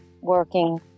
working